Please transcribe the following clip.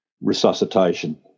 resuscitation